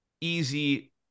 easy